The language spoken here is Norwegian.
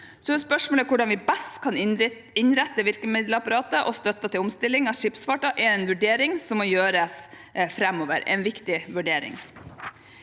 Spørsmålet om hvordan vi best kan innrette virkemiddelapparatet og støtten til omstilling av skipsfarten, er en vurdering som må gjøres framover – en viktig vurdering.